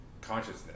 consciousness